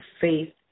faith